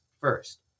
First